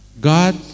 God